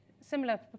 similar